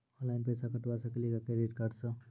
Online पैसा कटवा सकेली का क्रेडिट कार्ड सा?